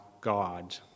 God